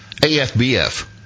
AFBF